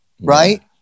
right